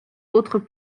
autres